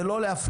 זה לא להפנות.